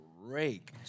break